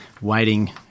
waiting